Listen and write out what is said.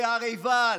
בהר עיבל,